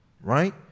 right